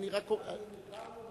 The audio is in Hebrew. אנחנו נבחרנו בבחירות,